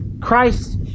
Christ